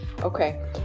Okay